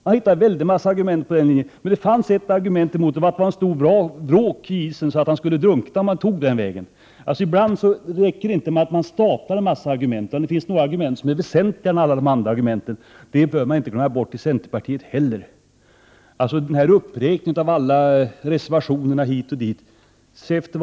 Han hittade en mängd argument av det slaget, men det fanns ett argument emot, och det var att det fanns en stor råk i isen, så han skulle drunkna om han tog den vägen. Ibland räcker det inte att stapla argument på varandra och räkna dem. Det kan ju finnas något som ensamt är avgörande. Det bör man inte glömma bort heller i centerpartiet. Se efter vad som är centralt i denna uppräkning av reservationer hit och dit!